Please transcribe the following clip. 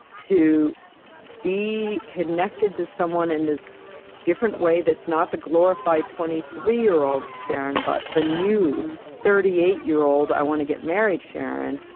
to be connected to someone in this different way that's not the glorified twenty three year old sharon, but the new thirty eight year old. i want to get married, sharon